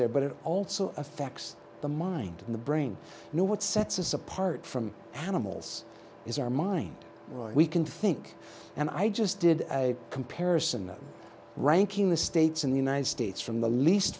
there but it also affects the mind in the brain know what sets us apart from animals is our mind we can think and i just did a comparison of ranking the states in the united states from the least